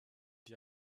die